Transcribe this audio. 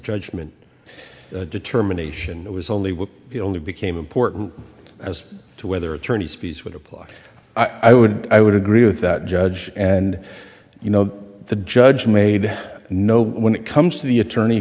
judgment determination that was only would only became important as to whether attorneys fees would apply i would i would agree with that judge and you know the judge made no when it comes to the attorney